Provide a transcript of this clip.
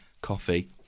coffee